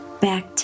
back